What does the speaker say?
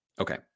Okay